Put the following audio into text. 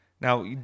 Now